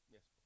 Yes